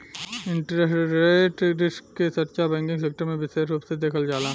interest rate risk के चर्चा banking sector में बिसेस रूप से देखल जाला